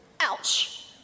Ouch